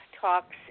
talks